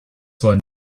wollen